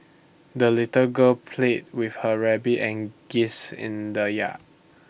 the little girl played with her rabbit and geese in the yard